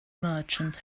merchant